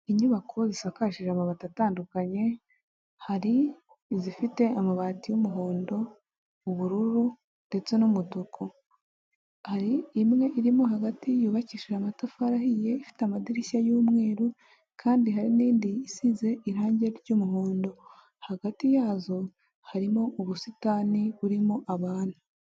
inyubako zisakaje amabati atandukanye, hari izifite amabati y'umuhondo, ubururu, ndetse n'umutuku. Hari imwe irimo hagati yubakishije amatafari ahiye ifite amadirishya y'umweru, kandi hari n'indi isize irangi ry'umuhondo, hagati yazo harimo ubusitani burimo abantu.